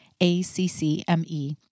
ACCME